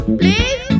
please